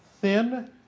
thin